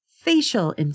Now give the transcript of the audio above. facial